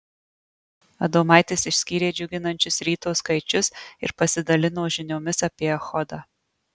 adomaitis išskyrė džiuginančius ryto skaičius ir pasidalino žiniomis apie echodą